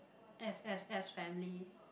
ex ex ex family